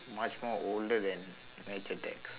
much more older than match attax